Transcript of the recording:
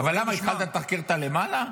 אבל התחלת לתחקר את הלמעלה?